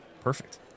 perfect